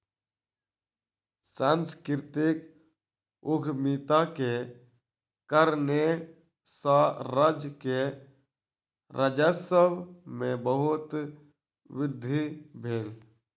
सांस्कृतिक उद्यमिता के कारणेँ सॅ राज्य के राजस्व में बहुत वृद्धि भेल